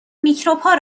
میکروبها